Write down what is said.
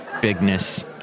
bigness